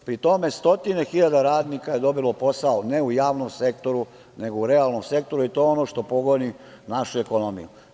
Pri tome, stotine hiljada radnika je dobilo posao ne u javnom sektoru, nego u realnom sektoru i to je ono što pogoni našu ekonomiju.